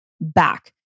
back